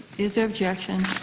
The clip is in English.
is there objection?